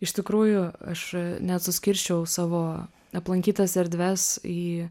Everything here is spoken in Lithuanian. iš tikrųjų aš net suskirsčiau savo aplankytas erdves į